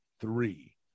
three